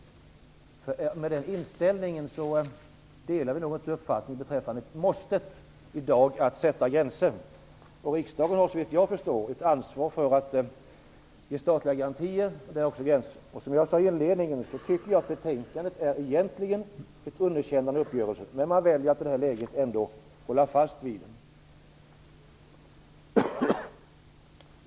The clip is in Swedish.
Om Ewa Larsson har den inställningen delar vi nog inte uppfattningen att det i dag måste sättas gränser. Riksdagen har såvitt jag förstår ett ansvar för att ge statliga garantier, och det gäller också gränser. Som jag sade i inledningen tycker jag att betänkandet egentligen innebär ett underkännande av uppgörelsen. Man väljer ändock att hålla fast vid den.